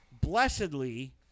Blessedly